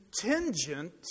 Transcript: contingent